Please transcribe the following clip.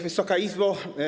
Wysoka Izbo!